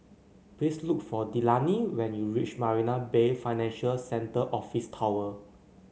please look for Delaney when you reach Marina Bay Financial Centre Office Tower